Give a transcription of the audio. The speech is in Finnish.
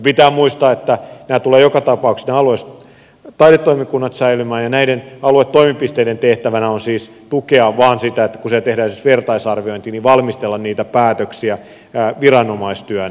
pitää muistaa että nämä alueelliset taidetoimikunnat tulevat joka tapauksessa säilymään ja näiden aluetoimipisteiden tehtävänä on siis tukea vain sitä kun siellä tehdään esimerkiksi vertaisarviointia valmistella niitä päätöksiä viranomaistyönä